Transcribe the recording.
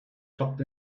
tucked